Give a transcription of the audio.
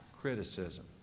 Criticism